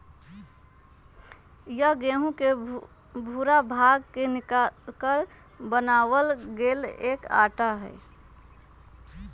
यह गेहूं के भूरा भाग के निकालकर बनावल गैल एक आटा हई